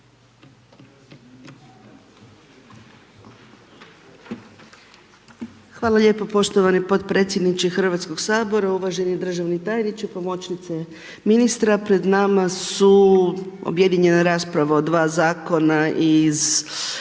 Hvala lijepo poštovani potpredsjedniče Hrvatskog sabora, uvaženi državni tajniče, pomoćnice ministra, pred nama su objedinjena 2 zakona iz